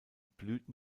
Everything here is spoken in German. blüten